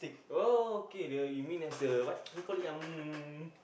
oh okay the you mean as the what what you call it um